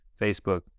Facebook